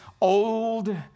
old